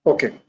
Okay